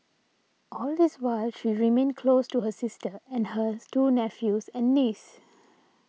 all this while she remained close to her sister and her two nephews and niece